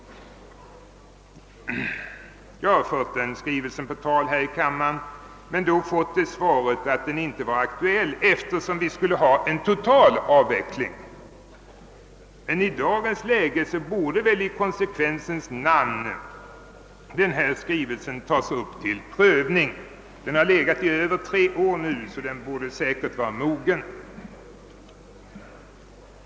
Jag har fört den skrivelsen på tal här i kammaren men då fått det svaret att den inte var aktuell, eftersom det skulle ske en total avveckling. I konsekvensens namn borde väl i dagens läge denna skrivelse tas upp till prövning. Den har legat i över tre år, så den är säkert mogen.